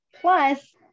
Plus